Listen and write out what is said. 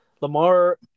Lamar